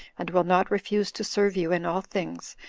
and will not refuse to serve you in all things,